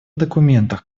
документах